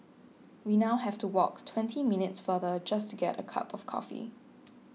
we now have to walk twenty minutes farther just to get a cup of coffee